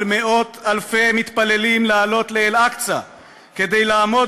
"על מאות-אלפי מתפללים לעלות לאל-אקצא כדי לעמוד